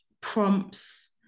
prompts